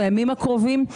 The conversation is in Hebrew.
הימים הקרובים,